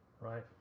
right